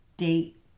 date